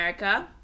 America